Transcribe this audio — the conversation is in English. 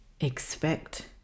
expect